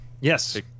Yes